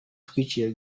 twicaye